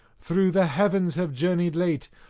through the heavens have journeyed late,